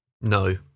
No